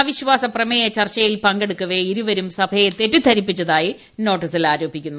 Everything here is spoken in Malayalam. അവിശ്വാസപ്രമേയ ചർച്ചയിൽ പങ്കെടുക്കവേ ഇരുവരും സൂഭയെ തെറ്റിദ്ധരിപ്പിച്ചതായി നോട്ടീസിൽ ആരോപിക്കുന്നു